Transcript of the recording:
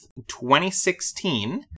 2016